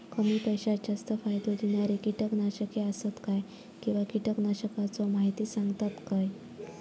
कमी पैशात जास्त फायदो दिणारी किटकनाशके आसत काय किंवा कीटकनाशकाचो माहिती सांगतात काय?